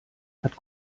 hat